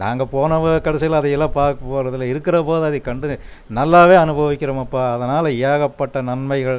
நாங்கள் போன கடைசியில் அதை எல்லாம் பார்க்க போகிறதில்ல இருக்கிற போது அதை கண்டு நல்லாவே அனுபவிக்கிறோமப்பா அதனால் ஏகப்பட்ட நன்மைகள்